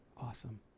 awesome